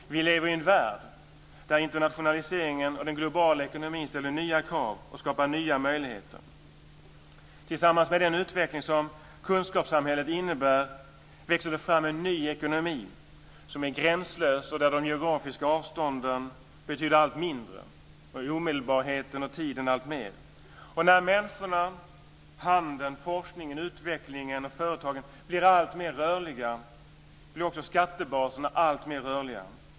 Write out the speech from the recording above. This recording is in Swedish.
Vi lever i en värld där internationaliseringen och den globala ekonomin ställer nya krav och skapar nya möjligheter. Tillsammans med den utveckling som kunskapssamhället innebär växer det fram en ny ekonomi som är gränslös och där de geografiska avstånden betyder allt mindre och omedelbarheten och tiden alltmer. När människorna, handeln, forskningen, utvecklingen och företagen blir alltmer rörliga, blir också skattebaserna alltmer rörliga.